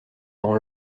dans